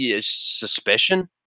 Suspicion